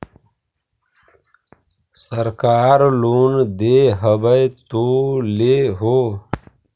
सरकार लोन दे हबै तो ले हो?